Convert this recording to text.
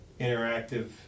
interactive